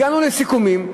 הגענו לסיכומים.